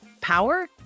power